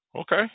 Okay